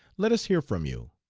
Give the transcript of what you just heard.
let us hear from you.